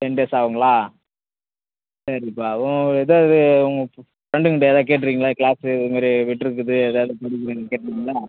ten days ஆகுங்களா சரிப்பா own ஏதாவது ஓன் ஃப்ரெண்டுங்கள்கிட்ட ஏதாவது கேட்டிருக்கீங்களா கிளாஸு இதுமாரி விட்டிருக்குது ஏதாவது கேட்டிருக்கீங்களா